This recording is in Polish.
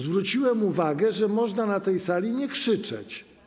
Zwróciłem uwagę, że można na tej sali nie krzyczeć.